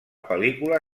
pel·lícula